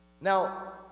Now